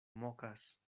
mokas